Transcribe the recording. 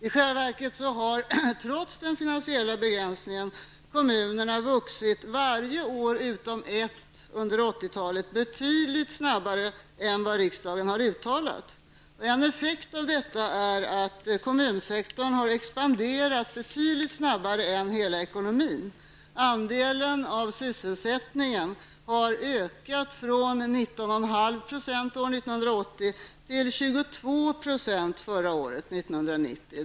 I själva verket har trots den finansiella begränsningen kommunerna vuxit varje år utom ett under 80-talet betydligt snabbare än vad riksdagen har uttalat. En effekt av detta är att kommunsektorn har expanderat betydligt snabbare än hela ekonomin. Andelen av sysselsättningen har ökat från 19,5 % år 1980 till 22 % år 1990.